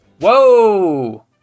Whoa